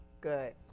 Good